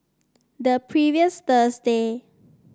the previous Thursday